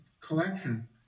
collection